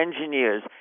engineers